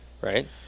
Right